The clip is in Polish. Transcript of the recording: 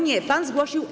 Nie, pan zgłosił.